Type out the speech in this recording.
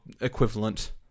equivalent